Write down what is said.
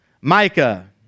Micah